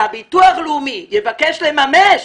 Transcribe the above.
למשל, כשהביטוח הלאומי יבקש לממש